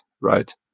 Right